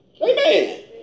Amen